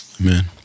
Amen